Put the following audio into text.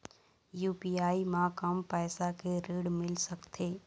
UPI म कम पैसा के ऋण मिल सकथे?